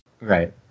Right